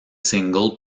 single